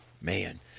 Man